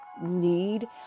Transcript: need